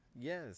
Yes